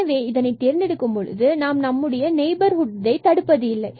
எனவே இதனை தேர்ந்தெடுக்கும் பொழுது நாம் நம்முடைய நெய்பர்ஹுட் தடுப்பது இல்லை